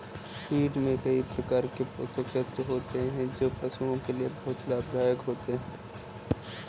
feed में कई प्रकार के पोषक तत्व होते हैं जो पशुओं के लिए बहुत लाभदायक होते हैं